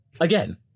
Again